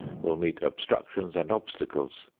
will meet obstructions and obstacles.